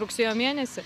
rugsėjo mėnesį